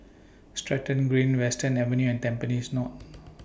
Stratton Green Western Avenue and Tampines North